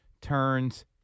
turns